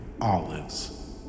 Olives